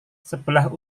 sebelah